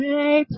Hey